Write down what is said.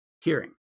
hearing